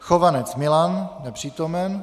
Chovanec Milan: Nepřítomen.